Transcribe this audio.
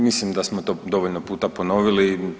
Mislim da smo to dovoljno puta ponovili.